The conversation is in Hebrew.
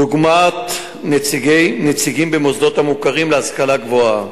דוגמת נציגים במוסדות המוכרים להשכלה גבוהה.